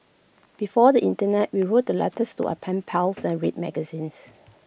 before the Internet we wrote the letters to our pen pals and read magazines